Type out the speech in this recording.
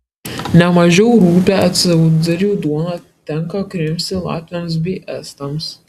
ne mažiau rupią autsaiderių duoną tenka krimsti latviams bei estams